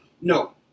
No